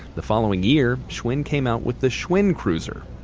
the following year, schwinn came out with a schwinn cruiser.